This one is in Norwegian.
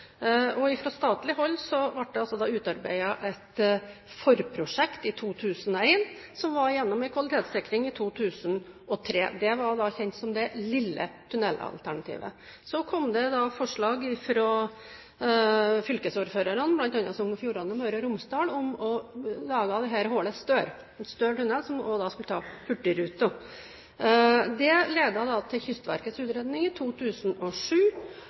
ble det utarbeidet et forprosjekt i 2001, som var gjennom en kvalitetssikring i 2003. Det var kjent som «det lille tunnelalternativet». Så kom det forslag fra fylkesordførerne bl.a. i Sogn og Fjordane og Møre og Romsdal om å lage dette hullet større – altså en større tunnel som da også skulle ta Hurtigruten. Det ledet til Kystverkets utredning i 2007,